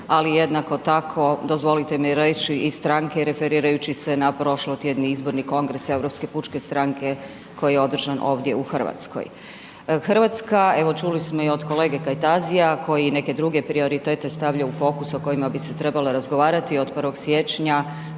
ali jednako tako dozvolite mi reći i stranke referirajući se na prošlotjedni izborni kongres Europske pučke stranke koji je održan ovdje u Hrvatskoj. Hrvatska, evo čuli smo i od kolege Kajtazija koji neke druge prioritete stavlja u fokus o kojima bi se trebalo razgovarati, od 1. siječnja